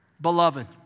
beloved